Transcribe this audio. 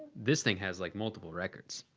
this thing has like multiple records.